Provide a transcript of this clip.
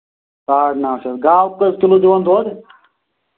آ نا گاو کٔژ کِلوٗ دِوان دۄد